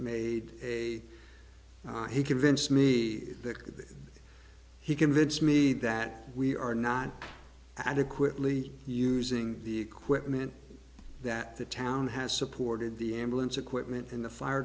made a he convince me that he convinced me that we are not adequately using the equipment that the town has supported the ambulance equipment in the fire